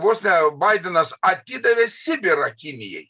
vos ne baidenas atidavė sibirą kinijai